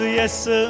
yes